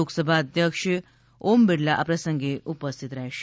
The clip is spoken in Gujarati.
લોકસભા અધ્યક્ષ આ ઓમ બીરલા આ પ્રસંગે ઉપસ્થીત રહેશે